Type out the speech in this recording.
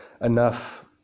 enough